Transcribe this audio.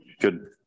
Good